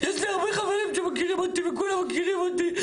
יש לי חברים שמכירים אותי וכולם מכירים אותי,